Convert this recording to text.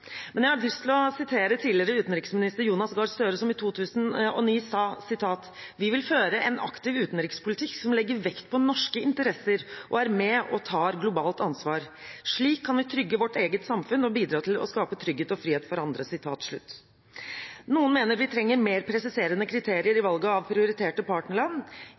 Men jeg har lyst til å sitere tidligere utenriksminister Jonas Gahr Støre, som i 2009 sa: «Vi vil føre en aktiv utenrikspolitikk som legger vekt på norske interesser og er med og tar et globalt ansvar. Slik kan vi trygge vårt eget samfunn – og bidra til å skape trygghet og frihet for andre.» Noen mener vi trenger mer presiserende kriterier i valget av prioriterte partnerland.